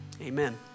Amen